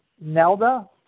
Nelda